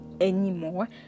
anymore